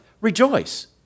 rejoice